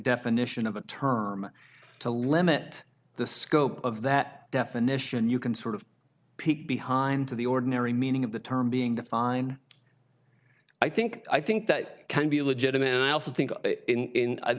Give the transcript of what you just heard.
definition of a term to limit the scope of that definition you can sort of peek behind the ordinary meaning of the term being define i think i think that can be legitimate i also think in